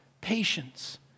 patience